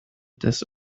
des